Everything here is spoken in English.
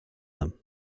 them